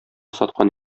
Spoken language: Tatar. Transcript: саткан